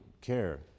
care